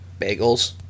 Bagels